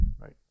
right